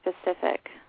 specific